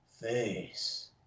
face